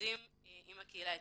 שעובדים עם הקהילה האתיופית.